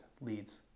leads